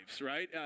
right